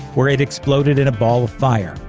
where it exploded in a ball of fire.